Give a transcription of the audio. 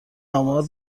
آمار